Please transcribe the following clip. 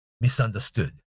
misunderstood